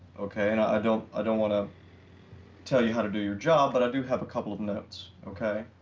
okay? and i don't i don't wanna tell you how to do your job, but i do have a couple of notes, okay?